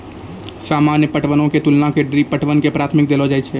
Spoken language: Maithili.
सामान्य पटवनो के तुलना मे ड्रिप पटवन के प्राथमिकता देलो जाय छै